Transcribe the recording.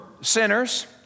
sinners